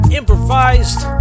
improvised